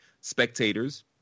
spectators